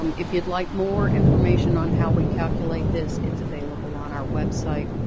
um if you'd like more information on how we calculate this, it's available on our website.